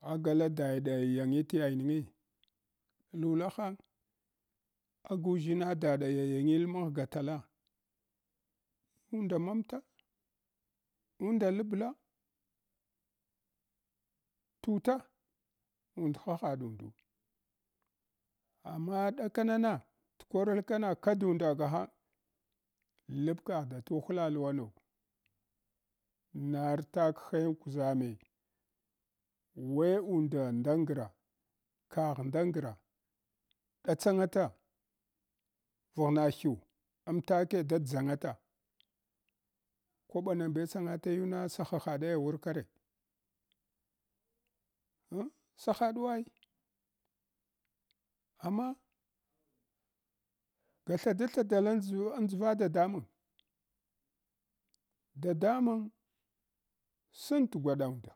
Agala dada yangityayngi? Lulahang ogauʒshina dada yoyagil maghga tata enda mamta unda labla tuta undha haɗundu amma ɗakanan tkorlkana kadunda gahang lapkagh da tuhla luwano, na rtakhe enguʒame weh unda ndagra kagh ndagra? Datsanata vughna hyu amtaka dadʒanata kwaɓa na bch sanya tayuna sa hahadaya wurka re? En sahaduwai amma ga thadathadaden dʒva dadamung, dadamung sin teghwada nda,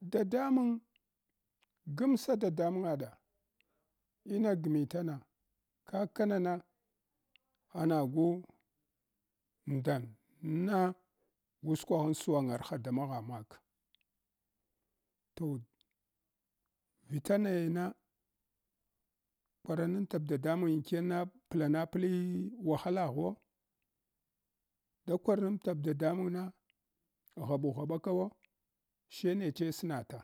dadamung gamsa dadamungaɗa ina gmtana kak kanana anagu ndanna gu skwaghn swagarha da maghagmak toh vitanayena kwarantab dadamung ankena planapli wahalaghuwo, da kwaranptab dadamung na ghaɓu ghaɓa kawo sheneche snata.